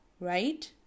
right